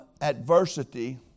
adversity